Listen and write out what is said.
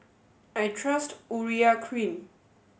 I trust Urea Cream